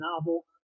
novel